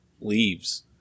leaves